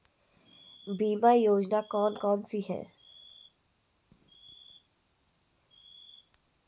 बीमा योजना कौन कौनसी हैं?